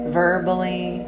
verbally